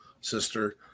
sister